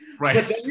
Right